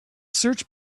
search